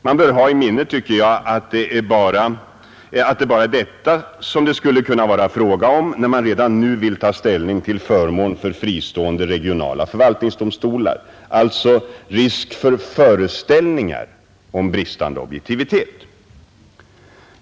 Man bör ha i minnet att det bara är detta som det skulle kunna vara fråga om, när man redan nu vill ta ställning till förmån för fristående regionala förvaltningsdomstolar, alltså risk för föreställningar om bristande objektivitet.